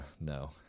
no